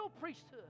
priesthood